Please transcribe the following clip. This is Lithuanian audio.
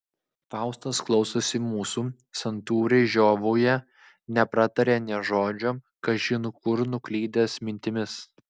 faustas klausosi mūsų santūriai žiovauja neprataria nė žodžio kažin kur nuklydęs mintimis